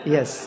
Yes